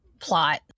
plot